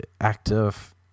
active